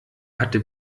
hatte